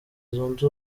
zunze